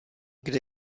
kde